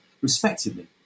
respectively